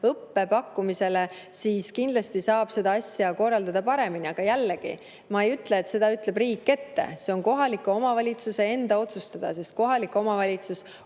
õppe pakkumisele, siis kindlasti saab seda asja korraldada paremini. Aga jällegi, ma ei ütle, et seda ütleb riik ette. See on kohaliku omavalitsuse enda otsustada, sest kohalik omavalitsus